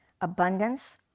Abundance